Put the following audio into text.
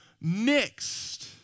mixed